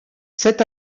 cet